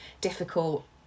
difficult